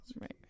right